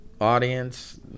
audience